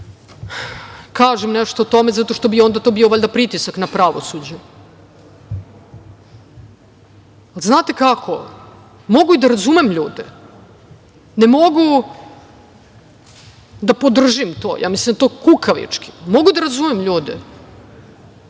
kažem nešto o tome, zato što bi to valjda bio pritisak na pravosuđe. Znate kako, mogu i da razumem ljude, ne mogu da podržim to, mislim da je to kukavički, mogu da razumem ljude.